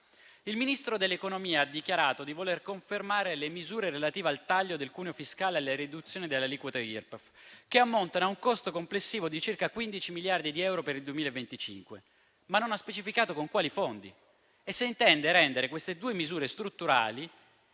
Il Ministro dell'economia ha dichiarato di voler confermare le misure relative al taglio del cuneo fiscale e la riduzione delle aliquote IRPEF, che ammontano a un costo complessivo di circa 15 miliardi di euro per il 2025, ma non ha specificato con quali fondi, se intende rendere queste due misure strutturali